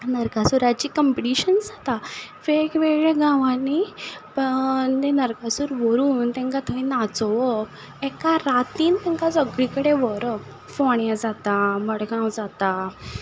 नरकासुराची competition जाता वेगवेगळ्या गांवांनी ते नरकासूर व्हरून तांकां थंय नाचोवप एका रातीन तांकां सगळी कडेन व्हरप फोण्या जाता मडगांव जाता